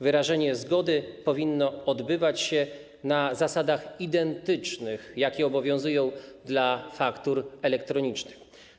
Wyrażenie zgody powinno odbywać się na zasadach identycznych, jakie obowiązują w przypadku faktur elektronicznych.